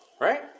Right